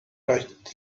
touched